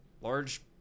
large